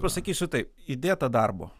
pasakysiu taip įdėta darbo